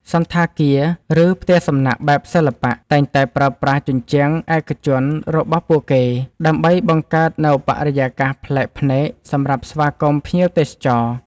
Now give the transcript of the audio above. សណ្ឋាគារ ឬផ្ទះសំណាក់បែបសិល្បៈ តែងតែប្រើប្រាស់ជញ្ជាំងឯកជនរបស់ពួកគេដើម្បីបង្កើតនូវបរិយាកាសប្លែកភ្នែកសម្រាប់ស្វាគមន៍ភ្ញៀវទេសចរ។